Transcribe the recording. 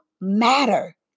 matter